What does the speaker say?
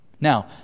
Now